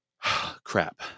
crap